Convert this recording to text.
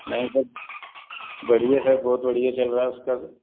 नहीं सर बढ़िया सर बहुत बढ़िया चल रहा है उसका तो